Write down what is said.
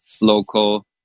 local